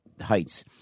heights